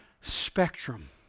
spectrum